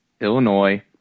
Illinois